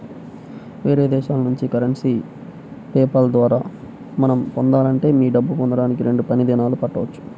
వేరే దేశాల నుంచి కరెన్సీని పే పాల్ ద్వారా మనం పొందాలంటే మీ డబ్బు పొందడానికి రెండు పని దినాలు పట్టవచ్చు